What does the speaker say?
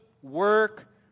work